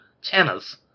channels